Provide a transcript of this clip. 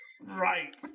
Right